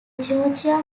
georgia